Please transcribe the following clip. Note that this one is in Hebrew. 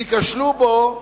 ייכשלו בו,